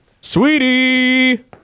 Sweetie